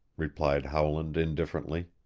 replied howland indifferently.